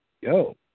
yo